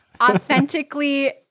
authentically